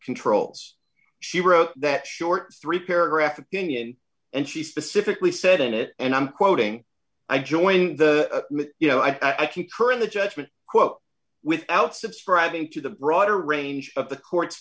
controls she wrote that short three paragraph opinion and she specifically said in it and i'm quoting i join the you know i keep her in the judgment quote without subscribing to the broader range of the court